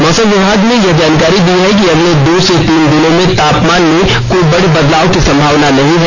मौसम विभाग ने यह भी जानकारी दी है कि अगले दो से तीन दिनों में तापमान में कोई बड़े बदलाव की संभावना है